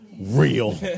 real